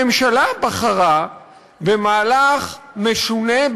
הממשלה בחרה במהלך משונה,